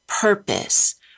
purpose